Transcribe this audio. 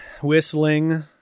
whistling